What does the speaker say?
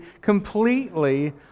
completely